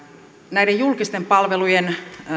näiden julkisten palvelujen